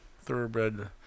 thoroughbred